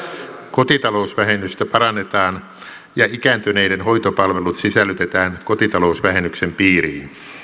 kotitalousvähennystä parannetaan ja ikääntyneiden hoitopalvelut sisällytetään kotitalousvähennyksen piiriin